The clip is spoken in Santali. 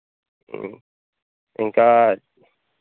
ᱦᱮᱸ ᱚᱱᱠᱟ